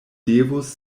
devus